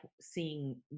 seeing